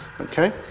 Okay